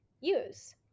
use